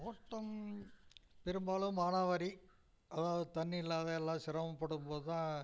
தோட்டம் பெரும்பாலும் மானாவாரி அதாவது தண்ணி இல்லாம எல்லா சிரமப்படும் போது தான்